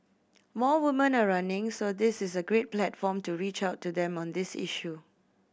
more women are running so this is a great platform to reach out to them on this issue